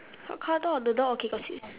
what car door the door okay got see